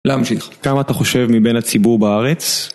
להמשיך. כמה אתה חושב מבין הציבור בארץ?